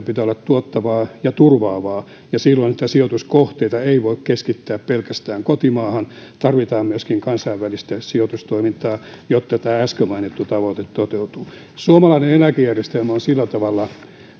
pitää olla tuottavaa ja turvaavaa ja silloin sijoituskohteita ei voi keskittää pelkästään kotimaahan vaan tarvitaan myöskin kansainvälistä sijoitustoimintaa jotta tämä äsken mainittu tavoite toteutuu suomalainen eläkejärjestelmä on sillä tavalla